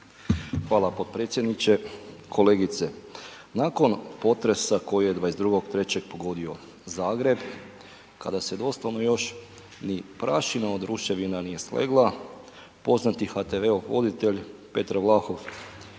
Hvala potpredsjedniče. Kolegice nakon potresa koji je 22.3. pogodio Zagreb kada se doslovno još ni prašina od ruševina nije slegla poznati HTV-ov voditelj Petar Vlahov